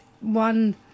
one